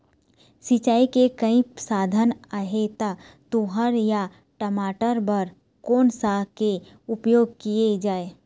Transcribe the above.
सिचाई के कई साधन आहे ता तुंहर या टमाटर बार कोन सा के उपयोग किए जाए?